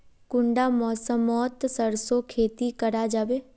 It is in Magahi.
कुंडा मौसम मोत सरसों खेती करा जाबे?